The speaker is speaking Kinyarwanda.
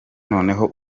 noneho